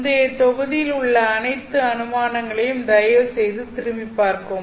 முந்தைய தொகுதியில் உள்ள அனைத்து அனுமானங்களையும் தயவுசெய்து திரும்பி பார்க்கவும்